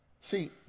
See